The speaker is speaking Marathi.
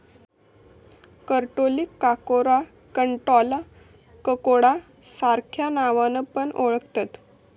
करटोलीक काकोरा, कंटॉला, ककोडा सार्ख्या नावान पण ओळाखतत